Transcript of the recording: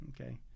Okay